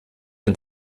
ein